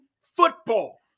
football